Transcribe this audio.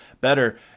better